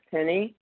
Penny